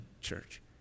church